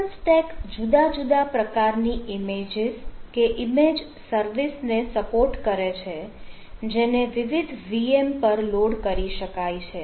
open stack જુદા જુદ પ્રકારની ઈમેજીસ કે ઈમેજ સર્વિસને સપોર્ટ કરે છે જેને વિવિધ VM પર લોડ કરી શકાય છે